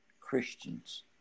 Christians